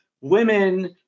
women